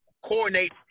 coordinate